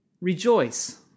Rejoice